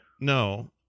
No